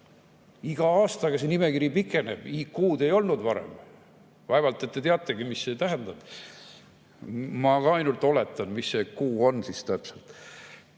Iga aastaga see nimekiri pikeneb, IQ‑d ei olnud varem. Vaevalt et te teategi, mis see tähendab. Ma ka ainult oletan, mis see Q on täpselt.